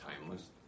timeless